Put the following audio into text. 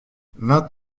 vingt